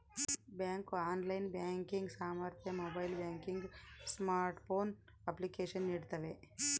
bank online banking ಸಾಮರ್ಥ್ಯ mobile banking smartphone application ನೀಡ್ತವೆ